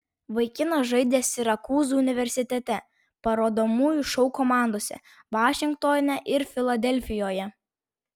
vaikinas žaidė sirakūzų universitete parodomųjų šou komandose vašingtone ir filadelfijoje